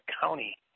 county